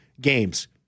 games